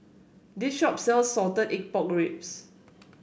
this shop sells Salted Egg Pork Ribs